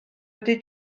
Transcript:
ydy